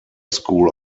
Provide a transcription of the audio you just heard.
school